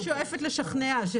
שואפת לשכנע,